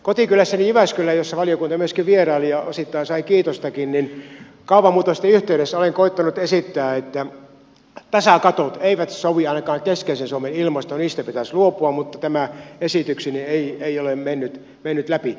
kotikylässäni jyväskylässä jossa valiokunta myöskin vieraili ja osittain sai kiitostakin kaavamuutosten yhteydessä olen koettanut esittää että tasakatot eivät sovi ainakaan keskeisen suomen ilmastoon niistä pitäisi luopua mutta tämä esitykseni ei ole mennyt läpi